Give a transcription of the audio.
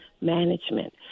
management